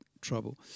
trouble